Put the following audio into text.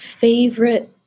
favorite